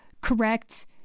correct